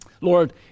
Lord